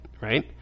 right